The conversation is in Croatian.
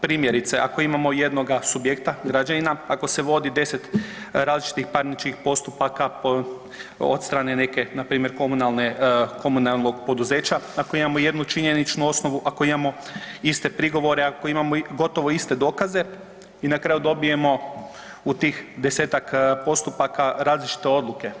Primjerice ako imamo jednoga subjekta, građanina ako se vodi deset različitih parničnih postupaka od strane neke na primjer komunalnog poduzeća, ako imamo jednu činjeničnu osnovu, ako imamo iste prigovore, ako imamo gotovo iste dokaze i na kraju dobijemo u tih desetak postupaka različite odluke.